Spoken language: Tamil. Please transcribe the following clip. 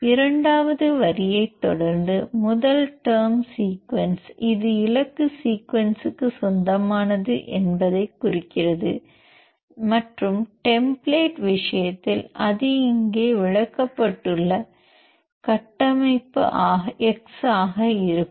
இரண்டாவது வரியைத் தொடர்ந்து முதல் டெர்ம் சீக்வென்ஸ் இது இலக்கு சீக்வென்ஸ்க்கு சொந்தமானது என்பதைக் குறிக்கிறது மற்றும் டெம்பிளேட் விஷயத்தில் இது இங்கே விளக்கப்பட்டுள்ள கட்டமைப்பு x ஆக இருக்கும்